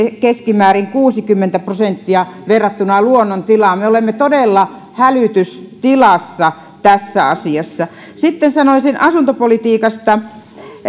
keskimäärin kuusikymmentä prosenttia verrattuna luonnon tilaan me olemme todella hälytystilassa tässä asiassa sitten sanoisin asuntopolitiikasta